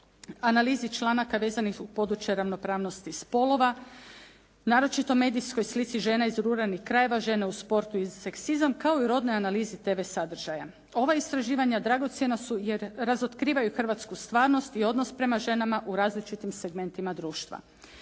analizi članaka vezanih u područja ravnopravnosti spolova, naročito medijskoj slici žena iz ruralnih krajeva, žene u sportu i seksizam kao i rodnoj analizi tv sadržaja. Ova istraživanja dragocjena su jer razotkrivaju hrvatsku stvarnost i odnos prema ženama u različitim segmentima društva.